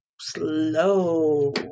slow